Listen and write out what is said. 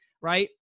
right